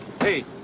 Hey